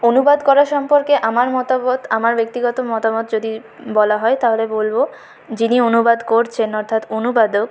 অনুবাদ করা সম্পর্কে আমার মতামত আমার ব্যক্তিগত মতামত যদি বলা হয় তাহলে বলব যিনি অনুবাদ করছেন অর্থাৎ অনুবাদক